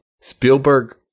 Spielberg